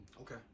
Okay